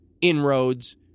inroads